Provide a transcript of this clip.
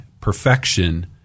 perfection